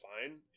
fine